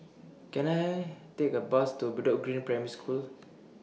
Can I Take A Bus to Bedok Green Primary School